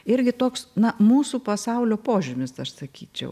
irgi toks na mūsų pasaulio požymis aš sakyčiau